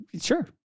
Sure